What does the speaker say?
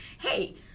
hey